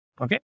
Okay